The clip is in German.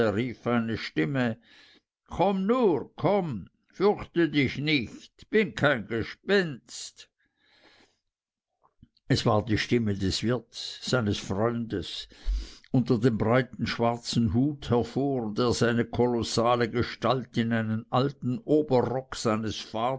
eine stimme komm nur komm fürchte dich nicht bin kein gespenst es war die stimme des wirts seines freundes unter dem breiten schwarzen hut hervor der seine kolossale gestalt in einen alten oberrock seines